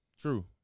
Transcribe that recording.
True